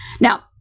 Now